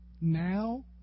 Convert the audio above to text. Now